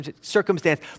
circumstance